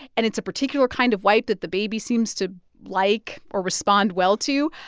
and it's a particular kind of wipe that the baby seems to like or respond well to,